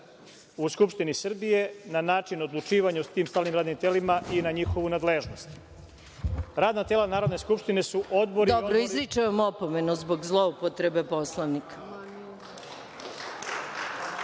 u Skupštini Srbije, na način odlučivanja u tim stalnim radnim telima i na njihovu nadležnost. Radna tela Narodne skupštine su odbor… **Maja Gojković** Izričem vam opomenu zbog zloupotrebe Poslovnika. Reč